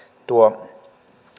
tuo